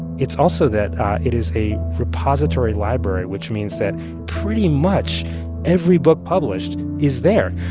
it's also that it is a repository library, which means that pretty much every book published is there.